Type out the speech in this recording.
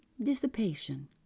dissipation